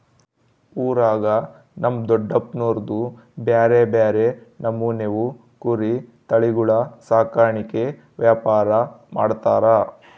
ಊರಾಗ ನಮ್ ದೊಡಪ್ನೋರ್ದು ಬ್ಯಾರೆ ಬ್ಯಾರೆ ನಮೂನೆವು ಕುರಿ ತಳಿಗುಳ ಸಾಕಾಣಿಕೆ ವ್ಯಾಪಾರ ಮಾಡ್ತಾರ